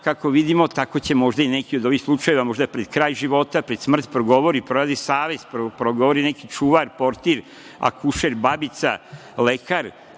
kako vidimo. Tako će možda i neko od ovih slučajeva, možda pred kraj života, pred smrt progovori, proradi savest, progovori neki čuvar, portir, akušer, babica, lekar.